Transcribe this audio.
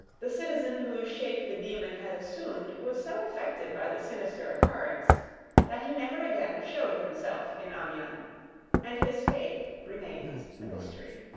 the citizen whose shape the demon had assumed was so affected by the sinister occurrence that he never again showed himself in amiens and his fate remains a mystery.